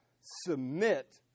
submit